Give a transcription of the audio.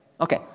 Okay